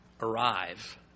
arrive